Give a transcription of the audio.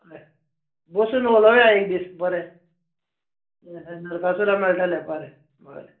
हय बसून उलोवया एक दीस बरें नरकासूराक मेळटलें बरें बरें